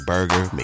Burger